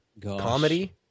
comedy